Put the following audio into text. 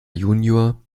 junior